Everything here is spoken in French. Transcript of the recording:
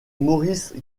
maurice